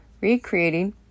recreating